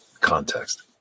context